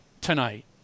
tonight